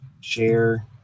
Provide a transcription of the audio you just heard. Share